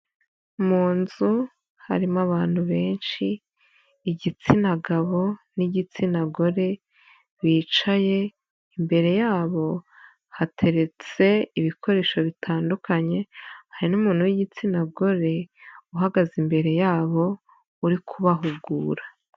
Mu nzu harimo abantu benshi igitsina gabo n'igitsina gore bicaye, imbere yabo hateretse ibikoresho bitandukanye hari n'umuntu w'igitsina gore uhagaze imbere yabo uri kubahugura.